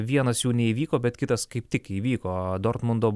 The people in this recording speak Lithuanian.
vienas jų neįvyko bet kitas kaip tik įvyko dortmundo